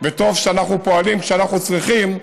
וטוב שאנחנו פועלים כשאנחנו צריכים,